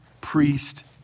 priest